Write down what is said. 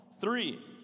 Three